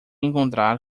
encontrar